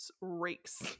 rakes